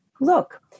Look